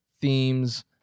themes